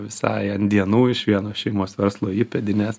visai ant dienų iš vieno šeimos verslo įpėdinės